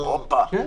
כן.